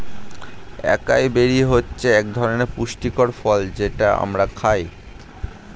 একাই বেরি হচ্ছে একধরনের পুষ্টিকর ফল যেটা আমরা খাই